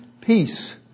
Peace